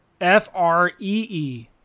F-R-E-E